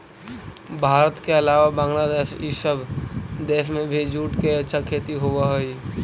भारत के अलावा बंग्लादेश इ सब देश में भी जूट के अच्छा खेती होवऽ हई